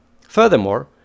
Furthermore